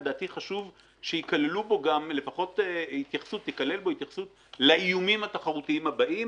לדעתי חשוב שתיכלל בו התייחסות לאיומים התחרותיים הבאים.